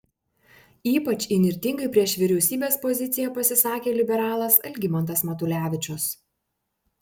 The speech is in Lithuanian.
ypač įnirtingai prieš vyriausybės poziciją pasisakė liberalas algimantas matulevičius